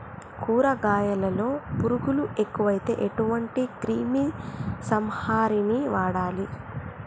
కూరగాయలలో పురుగులు ఎక్కువైతే ఎటువంటి క్రిమి సంహారిణి వాడాలి?